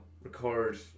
record